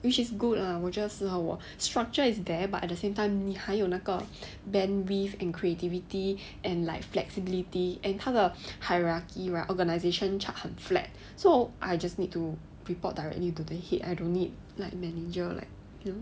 which is good lah 我觉得适合我 structure is there but at the same time 你还有那个 bandwidth and creativity and like flexibility and 他的 hierarchy right organisation chart 很 flat so I just need to report directly to the head I don't need like manager like you know